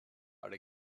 alle